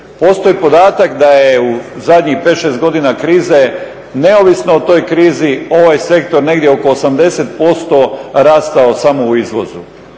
Postoji podatak da je u zadnjih 5-6 godina krize neovisno o toj krizi ovaj sektor negdje oko 80% rastao samo u izvozu,